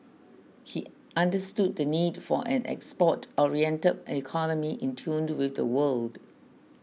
he understood the need for an export oriented economy in tune with the world